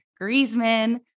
Griezmann